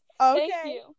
Okay